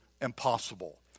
impossible